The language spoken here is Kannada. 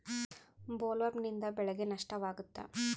ಬೊಲ್ವರ್ಮ್ನಿಂದ ಬೆಳೆಗೆ ನಷ್ಟವಾಗುತ್ತ?